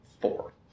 Four